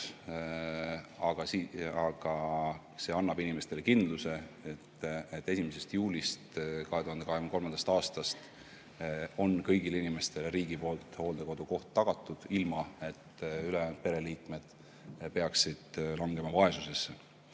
aga see annab ikkagi inimestele kindluse, et 1. juulist 2023. aastast on kõigile inimestele riigi poolt hooldekodukoht tagatud ilma, et ülejäänud pereliikmed peaksid langema vaesusesse.